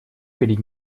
перед